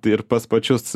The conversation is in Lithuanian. ir pas pačius